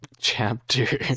chapter